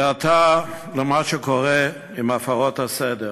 ועתה, למה שקורה עם הפרות הסדר.